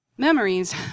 Memories